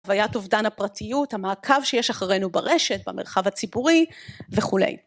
חוויית אובדן הפרטיות, המעקב שיש אחרינו ברשת, במרחב הציבורי וכולי.